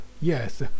Yes